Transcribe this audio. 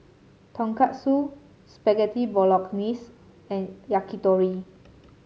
Tonkatsu Spaghetti Bolognese and Yakitori